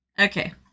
Okay